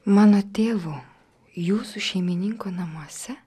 mano tėvo jūsų šeimininko namuose